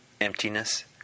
emptiness